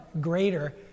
greater